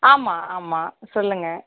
ஆமாம் ஆமாம் சொல்லுங்க